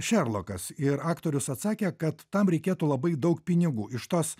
šerlokas ir aktorius atsakė kad tam reikėtų labai daug pinigų iš tos